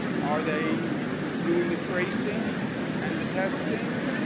are they doing the tracing and the testing?